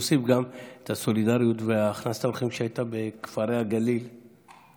להוסיף גם את הסולידריות והכנסת האורחים שהייתה בכפרי הגליל,